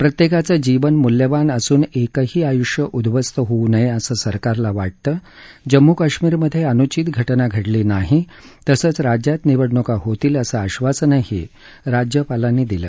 प्रत्येकाचं जीवन मूल्यवान असून एकही आयुष्य उद्ध्वस्त होऊ नये असं सरकारला वाटतं जम्मू कश्मीरमधे अनुवित घटना घडली नाही तसंच राज्यात निवडणुका होतील असं आश्वासनही राज्यपालांनी दिलं